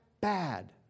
bad